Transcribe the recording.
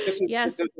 Yes